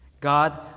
God